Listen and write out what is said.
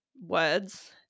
words